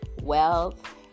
wealth